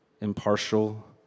impartial